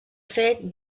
fet